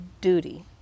duty